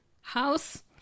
house